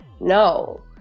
No